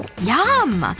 yum!